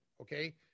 okay